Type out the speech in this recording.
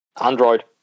Android